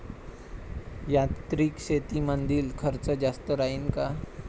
यांत्रिक शेतीमंदील खर्च जास्त राहीन का?